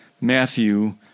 Matthew